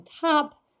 top